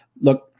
Look